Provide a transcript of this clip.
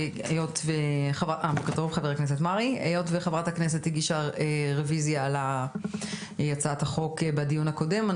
היות וחברת הכנסת הגישה רוויזיה על הצעת החוק בדיון הקודם,